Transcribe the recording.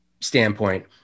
standpoint